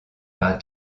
par